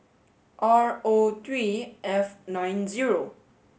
R O three F nine zero